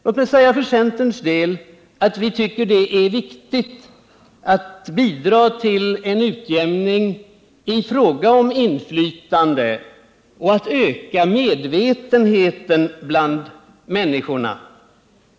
Låt mig för centerns del säga att vi tycker det är viktigt att bidra till en utjämning i fråga om inflytande och att öka medvetenheten bland människorna.